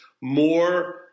more